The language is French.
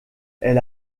elle